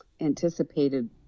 anticipated